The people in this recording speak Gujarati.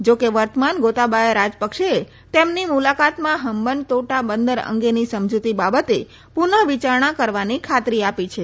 જો કે વર્તમાન ગોતાબાયા રાજપકસેએ તેમની મુલાકાતમાં હંબનતોટા બંદર અંગેની સમજતી બાબતે પુનઃ વિયારણા કરવાની ખાતરી આપી છે